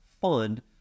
fund